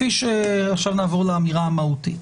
עכשיו נעבור לאמירה המהותית.